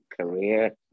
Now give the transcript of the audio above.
career